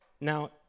now